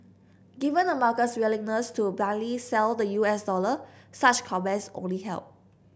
given the market's willingness to blindly sell the U S dollar such comments only help